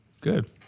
good